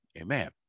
Amen